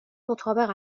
مطابق